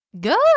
Good